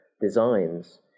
designs